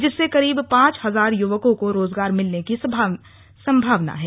जिससे करीब पांच हजार युवकों को रोजगार मिलने की संभावना है